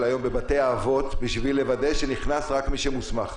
בבתי האבות בשביל לוודא שנכנס רק מי שמוסמך.